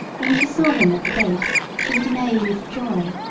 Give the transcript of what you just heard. when she saw him at the gate she would neigh with joy,